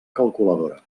calculadora